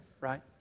right